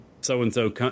so-and-so